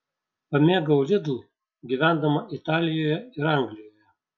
pamėgau lidl gyvendama italijoje ir anglijoje